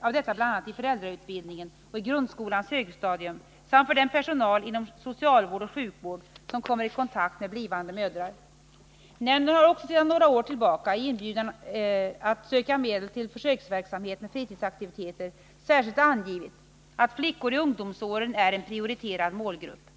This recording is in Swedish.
av detta, bl.a. i föräldrautbildningen och i grundskolans högstadium samt för den personal inom socialvård och sjukvård som kommer i kontakt med blivande mödrar. Nämnden har också sedan några år tillbaka i inbjudan att söka medel till försöksverksamhet med fritidsaktiviteter särskilt angivit att flickor i ungdomsåren är en prioriterad målgrupp.